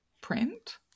print